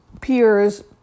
peers